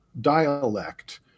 dialect